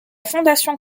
fondation